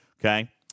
Okay